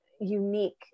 unique